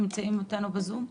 נמצאים אתנו בזום?